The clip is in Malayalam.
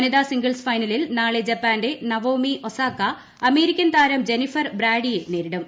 വനിത സിംഗിൾസ് ഫൈനലിൽ നാളെ ജപ്പാന്റെ നവോമി ഒസാക്ക അമേരിക്കൻ താരം ജെന്നിഫർ ബ്രാഡിയെ നേരിടും